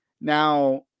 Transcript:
Now